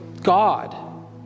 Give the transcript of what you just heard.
God